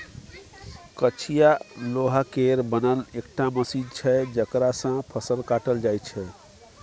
कचिया लोहा केर बनल एकटा मशीन छै जकरा सँ फसल काटल जाइ छै